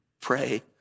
pray